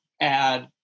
add